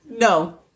No